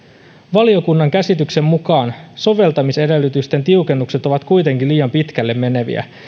valiokunnan käsityksen mukaan soveltamis edellytysten tiukennukset ovat kuitenkin liian pitkälle meneviä